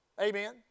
Amen